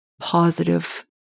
positive